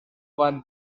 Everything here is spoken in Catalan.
van